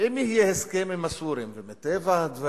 ואם יהיה הסכם עם הסורים, ומטבע הדברים,